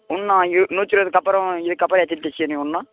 இன்னும் நூற்றி இருபதுக்கப்பறம் இதுக்கப்புறம் எத்தினி தெச்சுருக்கீங்க இன்னும்